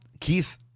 Keith